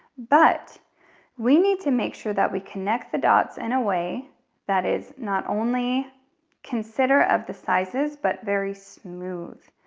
but we need to make sure that we connect the dots in a way that is not only consider of the sizes, but very smooth,